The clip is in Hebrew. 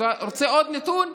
אתה רוצה עוד נתון?